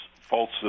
false